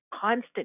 constant